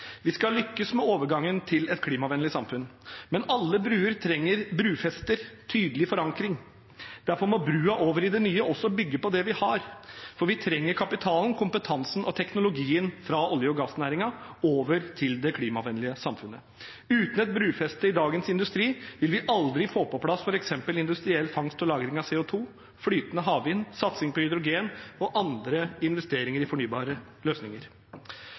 Vi skal lykkes med overgangen til et klimavennlig samfunn, men alle bruer trenger brufester, tydelig forankring. Derfor må brua over i det nye også bygge på det vi har, for vi trenger kapitalen, kompetansen og teknologien fra olje- og gassnæringen over til det klimavennlige samfunnet. Uten et brufeste i dagens industri vil vi aldri få på plass f.eks. industriell fangst og lagring av CO 2 , flytende havvind, satsing på hydrogen og andre investeringer i fornybare løsninger.